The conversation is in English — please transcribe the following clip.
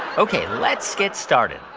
ok. let's get started.